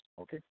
Okay